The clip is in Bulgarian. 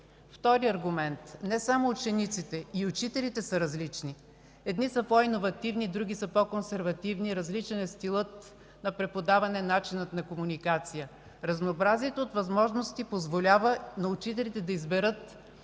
Вторият аргумент, не само учениците, но и учителите са различни. Едни са по-иновативни, други са по-консервативни. Различен е стилът на преподаване, начинът на комуникация. Разнообразието от възможности позволява на учителите да изберат